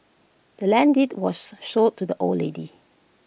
the land's deed was sold to the old lady